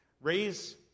raise